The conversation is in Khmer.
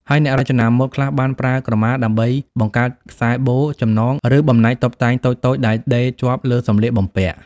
ហើយអ្នករចនាម៉ូដខ្លះបានប្រើក្រមាដើម្បីបង្កើតខ្សែបូ ចំណង ឬបំណែកតុបតែងតូចៗដែលដេរជាប់លើសម្លៀកបំពាក់។